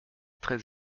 très